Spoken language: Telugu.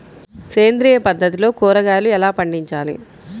సేంద్రియ పద్ధతిలో కూరగాయలు ఎలా పండించాలి?